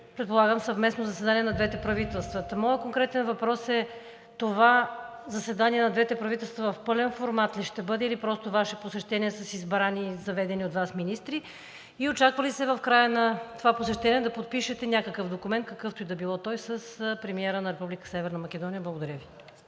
предполагам, съвместно заседание на двете правителства. Моят конкретен въпрос е: това заседание на двете правителства в пълен формат ли ще бъде, или просто Ваше посещение с избрани, заведени от Вас министри? И очаква ли се в края на това посещение да подпишете някакъв документ, какъвто и да бил той, с премиера на Република Северна Македония? Благодаря Ви.